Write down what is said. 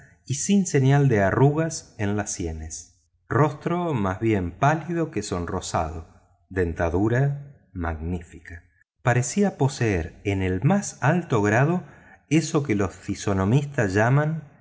y sin señal de arrugas en las sienes rostro más bien pálido que sonrosado dentadura magnífica parecía poseer en el más alto grado eso que los fisonomistas llaman